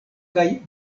kaj